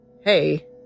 hey